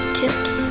tips